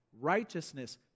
righteousness